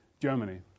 Germany